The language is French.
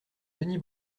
denis